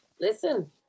Listen